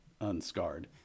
unscarred